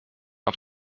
auf